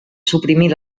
suprimir